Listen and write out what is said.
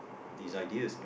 these ideas